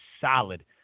solid